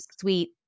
sweet